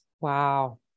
Wow